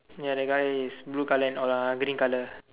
ya that guy is blue colour and what ah green colour